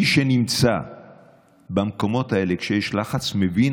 מי שנמצא במקומות האלה כשיש לחץ מבין